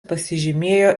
pasižymėjo